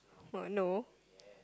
what no